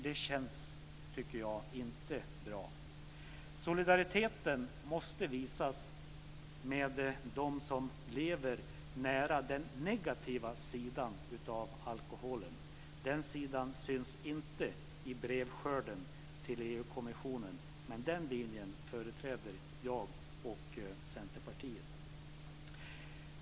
Det känns, tycker jag, inte bra. Solidaritet måste visas med dem som lever nära den negativa sidan av alkoholen. Den sidan syns inte i brevskörden till EU-kommissionen, men den linjen företräder jag och Centerpartiet.